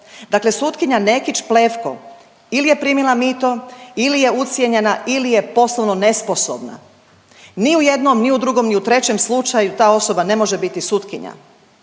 Dakle sutkinja Nekić Plevko ili je primila mito ili je ucijenjena ili je poslovno nesposobna. Ni u jednom ni u drugom ni u trećem slučaju ta osoba ne može biti sutkinja.